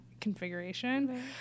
configuration